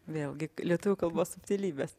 vėlgi lietuvių kalbos subtilybės